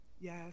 yes